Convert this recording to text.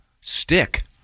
stick